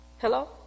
Hello